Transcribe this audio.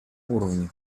уровне